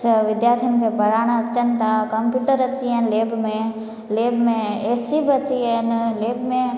विद्यार्थियुनि खे पढ़ाइणु अचनि था कंप्यूटर अची विया आहिनि लेब में लेब में एसी बि अची विया आहिनि लेब में